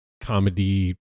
comedy